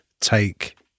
take